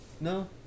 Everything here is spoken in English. no